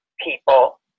people